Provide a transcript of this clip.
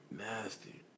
Nasty